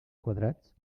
quadrats